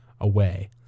away